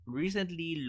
recently